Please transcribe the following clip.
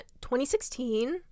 2016